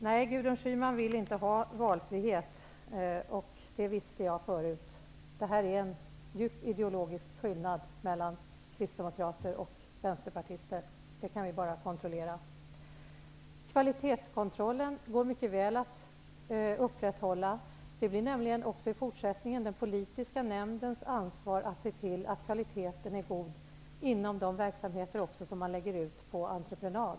Nej, Gudrun Schyman vill inte ha valfrihet. Det visste jag förut. Där finns en djup ideologisk skillnad mellan kristdemokrater och vänsterpartister -- det kan vi bara konstatera. Det går mycket väl att upprätthålla kvalitetskontrollen. Det blir nämligen också i fortsättningen den politiska nämndens ansvar att se till att kvaliteten är god också inom de verksamheter som man lägger ut på entreprenad.